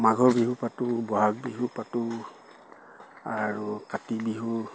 মাঘৰ বিহু পাতোঁ ব'হাগ বিহু পাতোঁ আৰু কাতি বিহু